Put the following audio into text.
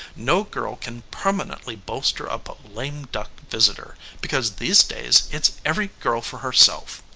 no girl can permanently bolster up a lame-duck visitor, because these days it's every girl for herself.